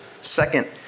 Second